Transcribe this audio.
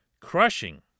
crushing